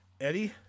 Eddie